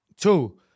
Two